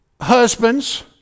husbands